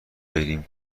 بریم